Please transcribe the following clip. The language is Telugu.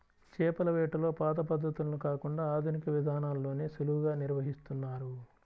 చేపల వేటలో పాత పద్ధతులను కాకుండా ఆధునిక విధానాల్లోనే సులువుగా నిర్వహిస్తున్నారు